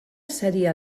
seria